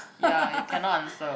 ya you cannot answer